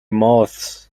mouths